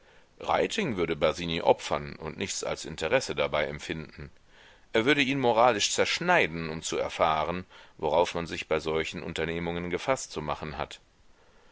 würde basini opfern und nichts als interesse dabei empfinden er würde ihn moralisch zerschneiden um zu erfahren worauf man sich bei solchen unternehmungen gefaßt zu machen hat